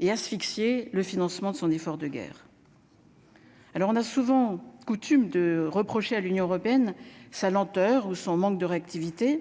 et asphyxié le financement de son effort de guerre. Alors, on a souvent coutume de reprocher à l'Union européenne, sa lenteur ou son manque de réactivité,